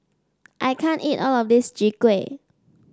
I can't eat all of this Chwee Kueh